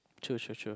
true true true